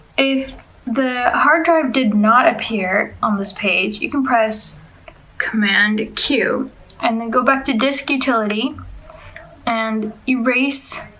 if the hard drive did not appear on this page you can press command q and then go back to disk utility and erase